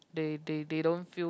they they they don't feel